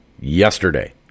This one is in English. yesterday